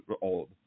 old